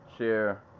Share